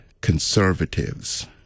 conservatives